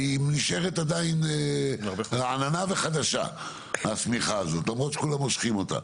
היא נשארת עדיין רעננה וחדשה השמיכה הזאת למרות שכולם מושכים אותה.